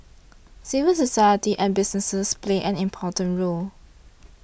civil society and businesses play an important role